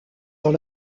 dans